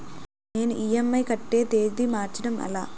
నేను ఇ.ఎం.ఐ కట్టే తేదీ మార్చడం ఎలా?